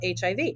HIV